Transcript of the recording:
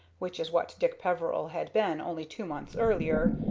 which is what dick peveril had been only two months earlier,